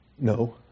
No